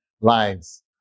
lives